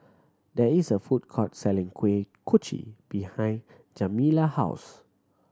there is a food court selling Kuih Kochi behind Kamilah house